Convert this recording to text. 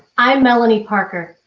i'm melonie parker.